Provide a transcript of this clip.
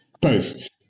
posts